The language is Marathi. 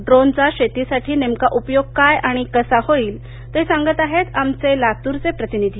ड्रोनचाशेतीसाठी नेमका उपयोग काय आणि कसा होईल ते सांगत आहेत आमचे लातूरचे प्रतिनिधी